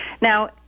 Now